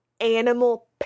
animal